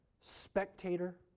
spectator